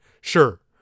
sure